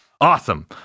Awesome